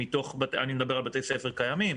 אני מדבר על בתי ספר קיימים,